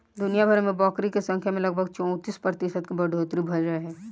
दुनियाभर में बकरी के संख्या में लगभग चौंतीस प्रतिशत के बढ़ोतरी भईल रहे